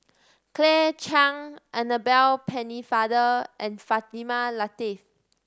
Claire Chiang Annabel Pennefather and Fatimah Lateef